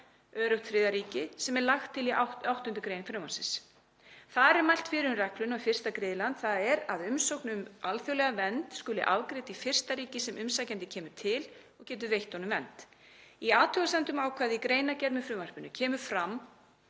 öruggt þriðja ríki, sem er lagt til í 8. gr. frumvarpsins. Þar er mælt fyrir um regluna um fyrsta griðland, þ.e. að umsókn um alþjóðlega vernd skuli afgreidd í fyrsta ríki sem umsækjandi kemur til og getur veitt honum vernd. Í athugasemd um ákvæðið í greinargerð með frumvarpinu kemur fram